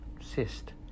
cyst